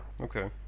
okay